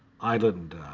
Island